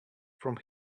from